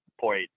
point